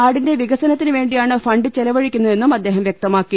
നാടിന്റെ വികസനത്തിനുവേണ്ടിയാണ് ഫണ്ട് ചെലവ ഴിക്കുന്നതെന്നും അദ്ദേഹം വൃക്തമാക്കി